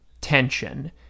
tension